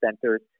centers